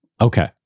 Okay